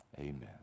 amen